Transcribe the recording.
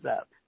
Up